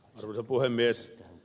arvoisa puhemies